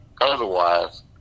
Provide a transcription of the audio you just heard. otherwise